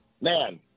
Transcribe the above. man